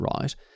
right